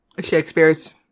Shakespeare's